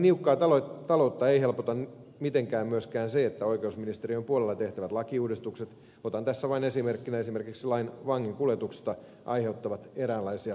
poliisilaitosten niukkaa taloutta ei helpota mitenkään myöskään se että oikeusministeriön puolella tehtävät lakiuudistukset otan tässä vain esimerkkinä lain vankien kuljetuksista aiheuttavat eräänlaisia piilomenoja